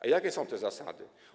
A jakie są te zasady?